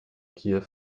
gier